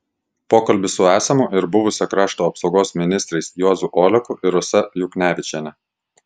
pokalbis su esamu ir buvusia krašto apsaugos ministrais juozu oleku ir rasa juknevičiene